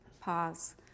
pause